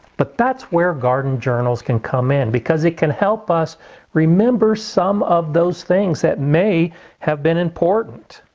but that's where garden journals can come in because it can help us remember some of those things that may have been important.